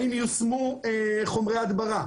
האם יושמו חומרי הדברה,